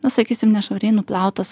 na sakysim nešvariai nuplautas